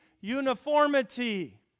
uniformity